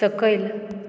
सकयल